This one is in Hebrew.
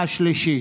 בקריאה השלישית.